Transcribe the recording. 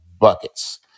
buckets